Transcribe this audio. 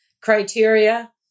criteria